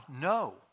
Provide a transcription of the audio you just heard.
No